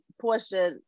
Portia